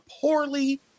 poorly